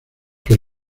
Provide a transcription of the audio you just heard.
que